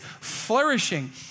flourishing